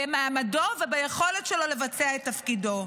במעמדו וביכולת שלו לבצע את תפקידו.